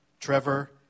Trevor